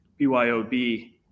BYOB